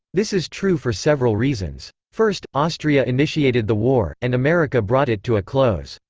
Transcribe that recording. this is true for several reasons. first, austria initiated the war, and america brought it to a close.